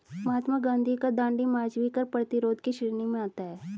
महात्मा गांधी का दांडी मार्च भी कर प्रतिरोध की श्रेणी में आता है